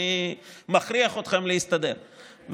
אני מכריח אתכם להסתדר.